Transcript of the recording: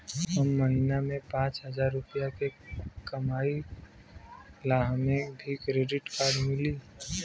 हम महीना में पाँच हजार रुपया ही कमाई ला हमे भी डेबिट कार्ड मिली?